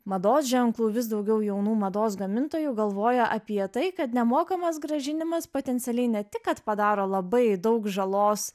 mados ženklų vis daugiau jaunų mados gamintojų galvoja apie tai kad nemokamas grąžinimas potencialiai ne tik kad padaro labai daug žalos